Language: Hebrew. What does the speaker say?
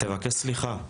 תבקש סליחה,